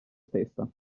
stessa